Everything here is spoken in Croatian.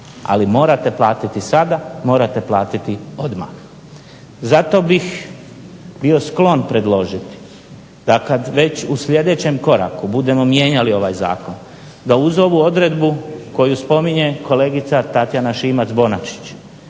Ali morate platiti sada, morate platiti odmah. Zato bih bio sklon predložiti da kada već u sljedećem koraku budemo mijenjali ovaj zakon da uz ovu odredbu koju spominje Tatjana Šimac-Bonačić